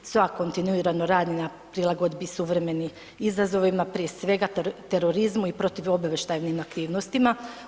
SOA kontinuirano rad na prilagodbi suvremenim izazovima, prije svega, terorizmu i protuobavještajnih aktivnostima.